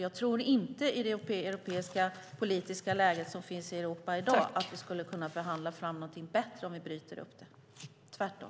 Jag tror nämligen inte att vi i det politiska läge som finns i Europa i dag skulle kunna förhandla fram någonting bättre om vi bryter upp det - tvärtom.